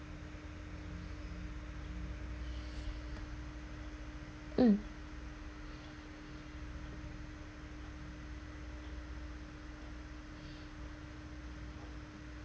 mm